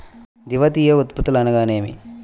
ద్వితీయ ఉత్పత్తులు అనగా నేమి?